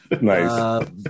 Nice